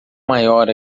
maior